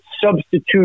substitute